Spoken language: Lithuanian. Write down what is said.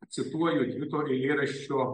cituoju dvi to eilėraščio